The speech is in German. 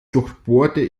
durchbohrte